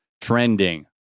trending